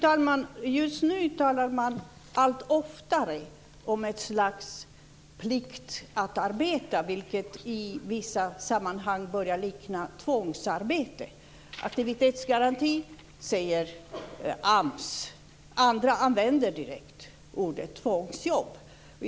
Fru talman! Nu talar man allt oftare om ett slags plikt att arbeta, vilket i vissa sammanhang börjar likna tvångsarbete. AMS säger aktivitetsgaranti, andra använder direkt ordet tvångsjobb.